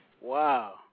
Wow